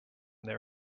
their